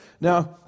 Now